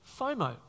FOMO